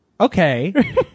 okay